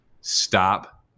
stop